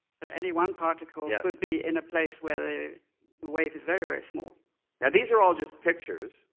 so any one particle yeah could be in a place where the wave is very very small. now these are all just pictures.